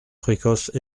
précoces